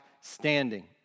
standing